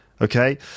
Okay